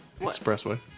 Expressway